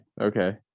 okay